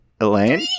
Elaine